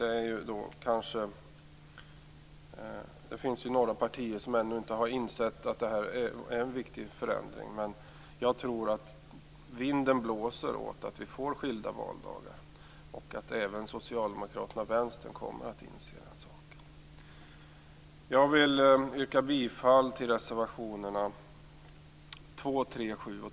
Det finns några partier som ännu inte har insett att det här är en viktig förändring. Men jag tror att vinden blåser mot att vi får skilda valdagar, och att även Socialdemokraterna och Vänstern kommer att inse den saken. Jag vill yrka bifall till reservationerna 2, 3, 7 och